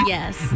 Yes